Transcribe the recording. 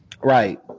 Right